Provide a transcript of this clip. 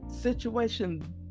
situation